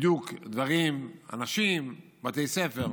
בדיוק דברים, אנשים, בתי ספר,